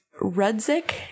rudzik